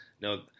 No